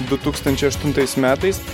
du tūkstančiai aštuntais metais